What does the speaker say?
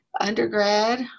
Undergrad